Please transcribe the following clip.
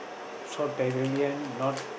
short pavilion not